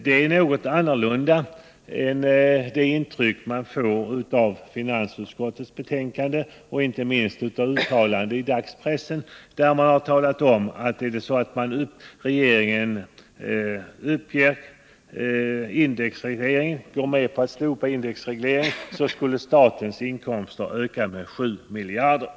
Detta är något annorlunda än det intryck man får av finansutskottets betänkande och inte minst av uttalanden i dagspressen, där ni har sagt att om regeringen går med på att slopa indexregleringen, skulle statens inkomster öka med 7 miljarder.